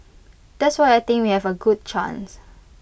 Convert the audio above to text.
that's why I think we have A good chance